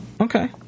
Okay